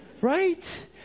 Right